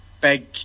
big